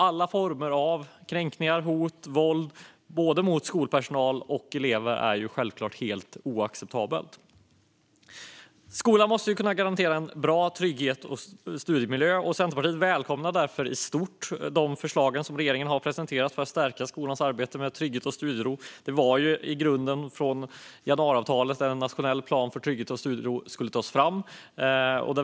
Alla former av kränkningar, hot och våld mot både skolpersonal och elever är självklart helt oacceptabla. Skolan måste kunna garantera en bra och trygg studiemiljö. Centerpartiet välkomnar därför i stort regeringens förslag för att stärka skolans arbete med trygghet och studiero. Det angavs i januariavtalet att en nationell plan för trygghet och studiero skulle tas fram.